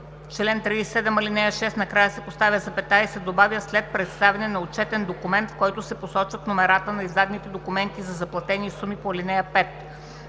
чл. 37, ал. 6 накрая се поставя запетая и се добавя „след представяне на отчетен документ, в който се посочват номерата на издадените документи за заплатените суми по ал. 5“.